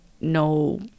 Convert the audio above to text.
no